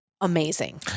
amazing